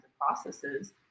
processes